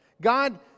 God